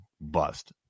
bust